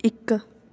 ਇੱਕ